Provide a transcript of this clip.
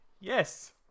Yes